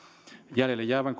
jäljelle jäävän